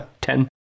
Ten